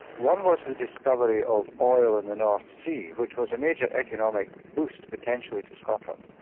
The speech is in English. one was the discovery of oil in the north sea, which was a major economic boost, potentially to scotland.